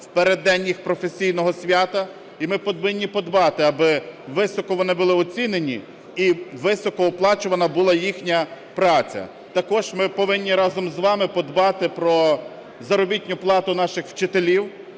в переддень їх професійного свята. І ми повинні подбати, аби високо вони були оцінені і високооплачувана була їхня праця. Також ми повинні разом з вами подбати про заробітну плату наших вчителів.